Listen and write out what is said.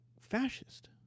fascist